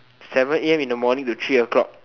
seven a_m in the morning to three o-clock